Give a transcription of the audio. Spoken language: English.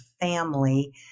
Family